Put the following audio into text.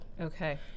okay